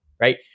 right